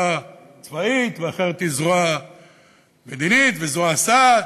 צבאית ואחרת שהיא זרוע מדינית וזרוע סעד,